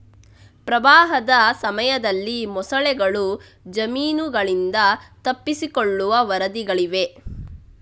ಪ್ರವಾಹದ ಸಮಯದಲ್ಲಿ ಮೊಸಳೆಗಳು ಜಮೀನುಗಳಿಂದ ತಪ್ಪಿಸಿಕೊಳ್ಳುವ ವರದಿಗಳಿವೆ